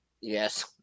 Yes